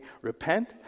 repent